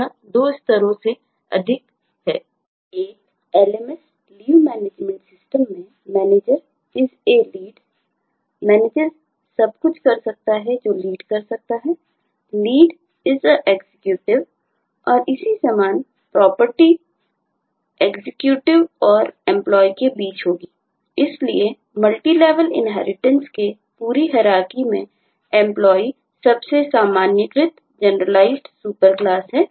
यह inheritance subclass है